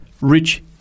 rich